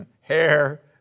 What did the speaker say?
hair